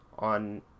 On